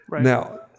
Now